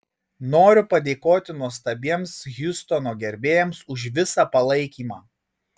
noriu padėkoti nuostabiems hjustono gerbėjams už visą palaikymą